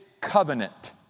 covenant